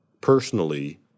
personally